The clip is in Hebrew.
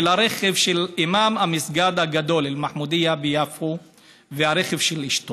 אני חושבת שלאחר השבוע שעבר עלינו אי-אפשר לעבור לסדר-היום ולדבר כאילו